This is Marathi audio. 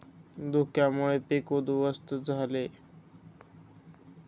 धुक्यामुळे पीक उध्वस्त झाले